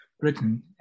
Britain